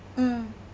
mm